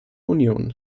union